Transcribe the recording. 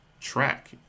track